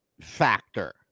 factor